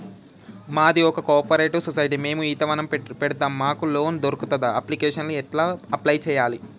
మాది ఒక cooperative society మేము ఈత వనం పెడతం మాకు లోన్ దొర్కుతదా? అప్లికేషన్లను ఎట్ల అప్లయ్ చేయాలే?